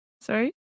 Sorry